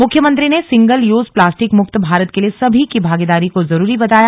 मुख्यमंत्री ने single use plastic मुक्त भारत के लिए सभी की भागीदारी को जरूरी बताया